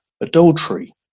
adultery